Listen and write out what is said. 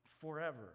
forever